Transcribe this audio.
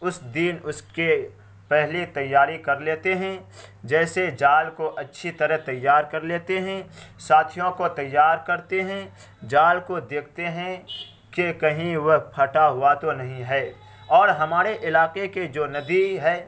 اس دن اس کے پہلے تیاری کر لیتے ہیں جیسے جال کو اچھی طرح تیار کر لیتے ہیں ساتھیوں کو تیار کرتے ہیں جال کو دیکھتے ہیں کہ کہیں وہ پھٹا ہوا تو نہیں ہے اور ہمارے علاقے کے جو ندی ہے